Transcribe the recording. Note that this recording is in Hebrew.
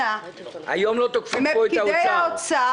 היום לא תוקפים פה את האוצר.